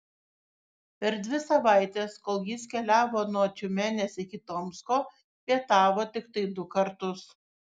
per dvi savaites kol jis keliavo nuo tiumenės iki tomsko pietavo tiktai du kartus